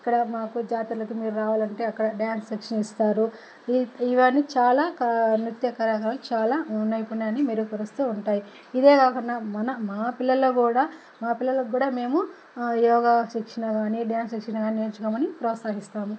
అక్కడ మాకు జాతరలకు మీరు రావాలంటే అక్కడ డ్యాన్స్ శిక్షణ ఇస్తారు ఇ ఇవన్నీ చాలా క నృత్య కళాకారులు చాలా నైపుణ్యాన్ని మెరుగుపరుస్తూ ఉంటాయి ఇదే కాకుండా మన మా పిల్లల్లో కూడా మా పిల్లలకి కూడా మేము యోగా శిక్షణ కానీ డ్యాన్స్ శిక్షణ కూనీ నేర్చుకోమని ప్రోత్సహిస్తాము